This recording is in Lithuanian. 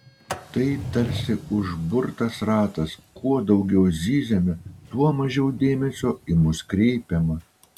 tai tarsi užburtas ratas kuo daugiau zyziame tuo mažiau dėmesio į mus kreipiama